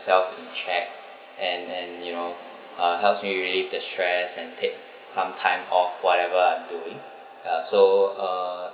in check and and you know uh helps me release the stress and take some time off whatever I'm doing ya so uh